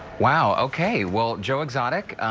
wow, okay. well, joe exotic,